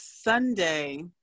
Sunday